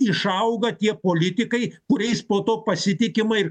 išauga tie politikai kuriais po to pasitikima ir